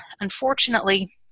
unfortunately